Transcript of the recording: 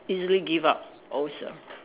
easily give up also